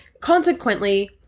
consequently